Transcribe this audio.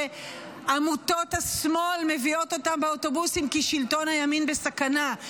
כשעמותות השמאל מביאות אותם באוטובוסים כי שלטון הימין בסכנה.